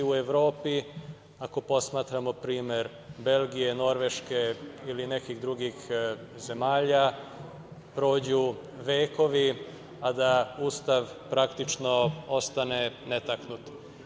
I u Evropi, ako posmatramo primer Belgije, Norveške ili nekih drugih zemalja, prođu vekovi a da Ustav praktično ostane netaknut.